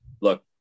look